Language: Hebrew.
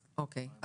אוקי.